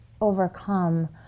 overcome